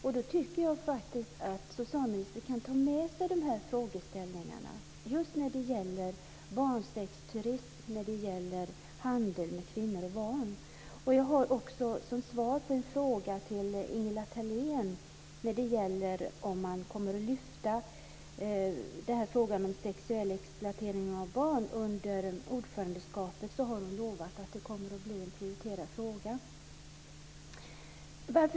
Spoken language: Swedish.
Jag tycker därför att socialministern kan ta med sig de här frågeställningarna som gäller barnsexturism och handel med kvinnor och barn. I ett svar på en fråga till Ingela Thalén som gäller huruvida man under ordförandeskapet kommer att lyfta fram frågan om sexuell exploatering av barn har hon lovat att detta kommer att bli en prioriterad fråga.